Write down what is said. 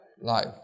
Life